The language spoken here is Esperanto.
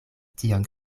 tion